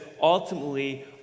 ultimately